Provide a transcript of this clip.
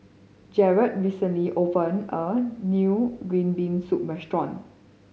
Jaret recently open a new green bean soup restaurant